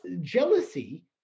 jealousy